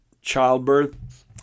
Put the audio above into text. childbirth